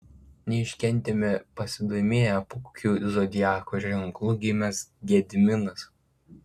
neiškentėme nepasidomėję po kokiu zodiako ženklu gimęs gediminas